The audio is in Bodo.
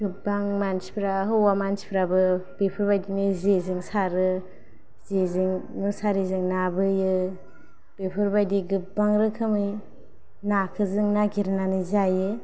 गोबां मान्थिफ्रा हौवा मान्थिफ्राबो बेफोरबायदिनो जे जों सारो जेजों मुसारिजों ना बोयो बेफोरबायदि गोबां रोखोमै ना खौ जों नागिर नानै जायो